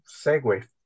segue